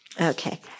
Okay